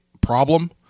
problem